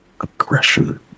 aggression